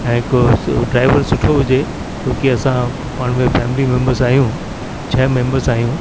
ऐं हिकु ड्राइवर सुठो हुजे क्योकि असां पाण में फैमिली मैंबर्स आहियूं छह मैंबर्स आहियूं